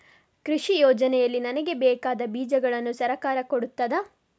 ಕೃಷಿ ಯೋಜನೆಯಲ್ಲಿ ನನಗೆ ಬೇಕಾದ ಬೀಜಗಳನ್ನು ಸರಕಾರ ಕೊಡುತ್ತದಾ?